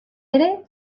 ere